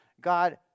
God